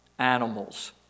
animals